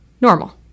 normal